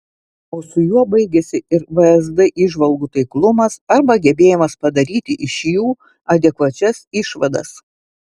o su juo baigiasi ir vsd įžvalgų taiklumas arba gebėjimas padaryti iš jų adekvačias išvadas